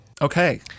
Okay